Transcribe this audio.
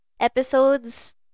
episodes